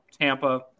Tampa